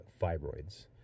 fibroids